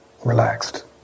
relaxed